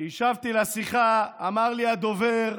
כשהשבתי לשיחה, אמר לי הדובר: